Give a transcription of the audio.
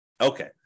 Okay